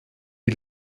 die